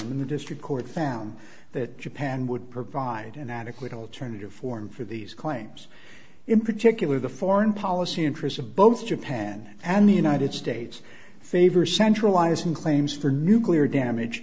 in the district court found that japan would provide an adequate alternative form for these claims in particular the foreign policy interests of both japan and the united states favor centralizing claims for nuclear damage